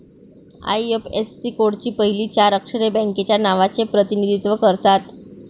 IFSC कोडची पहिली चार अक्षरे बँकेच्या नावाचे प्रतिनिधित्व करतात